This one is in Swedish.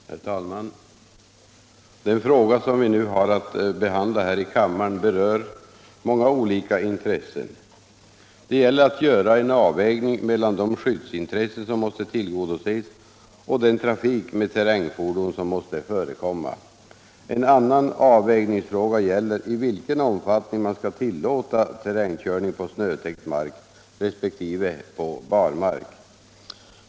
Herr talman! Den fråga som vi nu har att behandla här i kammaren berör många olika intressen. Det gäller att göra en avvägning mellan de skyddsintressen som måste tillgodoses och den trafik med terrängfordon som måste förekomma. En annan avvägningsfråga är i vilken omfattning man skall tillåta terrängkörning på snötäckt mark resp. på barmark.